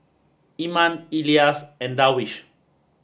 Iman Elyas and Darwish